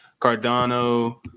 Cardano